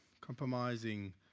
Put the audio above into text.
compromising